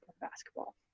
basketball